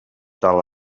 tal